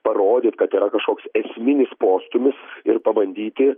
parodyt kad yra kažkoks esminis postūmis ir pabandyti